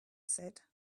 said